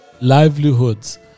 livelihoods